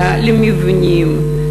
למבנים,